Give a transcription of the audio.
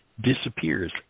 disappears